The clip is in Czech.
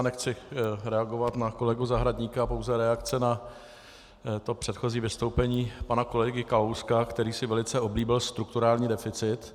Já nechci reagovat na kolegu Zahradníka, pouze reakce na předchozí vystoupení pana kolegy Kalouska, který si velice oblíbil strukturální deficit.